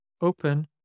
open